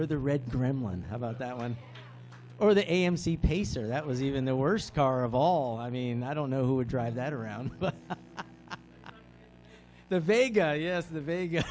or the red gremlin how about that one or the amc pacer that was even the worst car of all i mean i don't know who would drive that around but the vega yes the vega